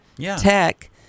tech